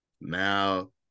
Now